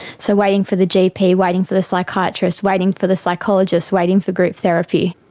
so waiting for the gp, waiting for the psychiatrist, waiting for the psychologist, waiting for group therapy.